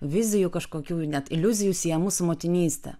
vizijų kažkokių net iliuzijų siejamų su motinyste